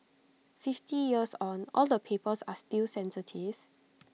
fifty years on all the papers are still sensitive